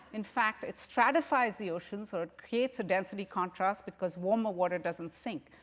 in fact, it's stratifies the oceans, or it creates a density contrast, because warmer water doesn't sink.